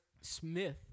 Smith